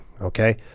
okay